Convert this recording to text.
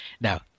Now